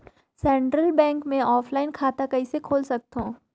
Central bank मे offline खाता कइसे खोल सकथव?